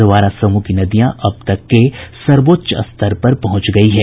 अधवारा समूह की नदियां अब तक के सर्वोच्च स्तर पर पहुंच गयी है